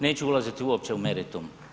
Neću ulaziti uopće u meritum.